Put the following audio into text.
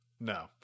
no